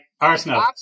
arsenal